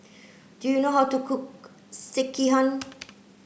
do you know how to cook Sekihan